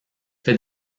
fait